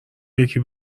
یکی